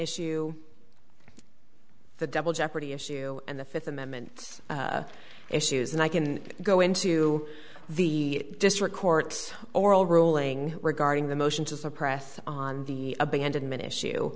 issue the double jeopardy issue and the fifth amendment issues and i can go into the district court's oral ruling regarding the motion to suppress on the abandonment issue